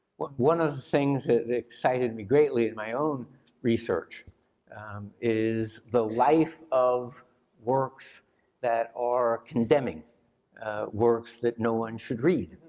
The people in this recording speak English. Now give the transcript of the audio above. one one of the things that excited me greatly in my own research is the life of works that are condemning works that no one should read.